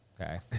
Okay